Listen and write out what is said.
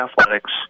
athletics